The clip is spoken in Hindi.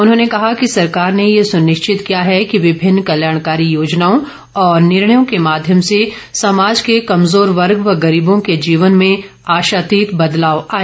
उन्होंने कहा कि सरकार ने ये सुनिश्चित किया है कि विभिन्न कल्याणकारी योजनाओं और निर्णयों के माध्यम से समाज के कमजोर वर्ग व गरीबों के जीवन में आशातीत बदलाव आए